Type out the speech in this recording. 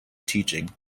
teaching